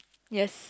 yes